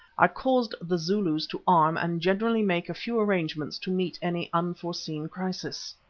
i caused the zulus to arm and generally make a few arrangements to meet any unforeseen crisis.